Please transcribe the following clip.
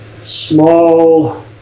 small